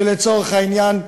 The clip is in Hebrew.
לצורך העניין,